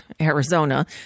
Arizona